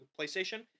playstation